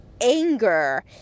anger